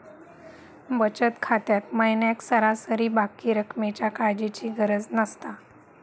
बचत खात्यात महिन्याक सरासरी बाकी रक्कमेच्या काळजीची गरज नसता